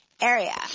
area